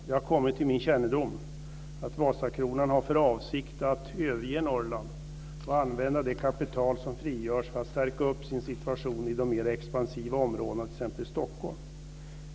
Det har kommit till min kännedom att Vasakronan har för avsikt att överge Norrland och använda det kapital som finns för att stärka sin situation i de mer expansiva områdena, t.ex. i Stockholm.